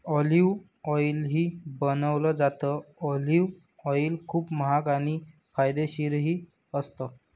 olive ऑईलही बनवलं जातं, ऑलिव्ह ऑईल खूप महाग आणि फायदेशीरही असतं